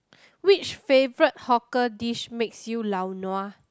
which favorite hawker dish makes you lao-nua